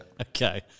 Okay